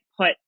put